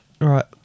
Right